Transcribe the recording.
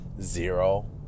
Zero